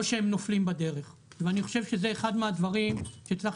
או שהם נופלים בדרך ואני חושב שזה אחד מהדברים שצריך